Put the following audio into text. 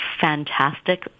fantastic